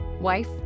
wife